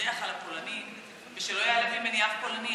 להתבדח על הפולנים, ושלא ייעלב ממני אף פולני.